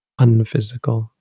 unphysical